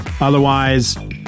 otherwise